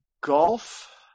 golf